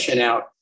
out